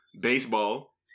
baseball